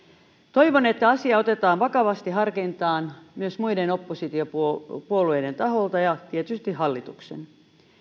toivon että asia otetaan vakavasti harkintaan myös muiden oppositiopuolueiden taholta ja tietysti hallituksen